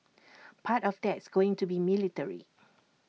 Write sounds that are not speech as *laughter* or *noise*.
*noise* part of that's going to be military